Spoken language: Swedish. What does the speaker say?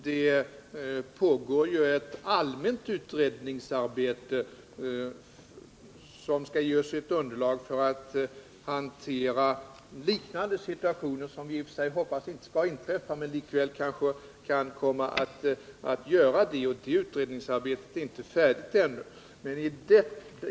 Det pågår ett allmänt utredningsarbete som skall ge oss underlag för att hantera liknande situationer — det gäller situationer som vi i och för sig inte hoppas skall inträffa men som likväl kan komma att göra det — men det utredningsarbetet 123 är inte färdigt ännu.